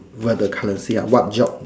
where the currency lah what job